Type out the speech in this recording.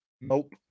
Nope